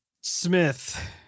Smith